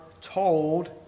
told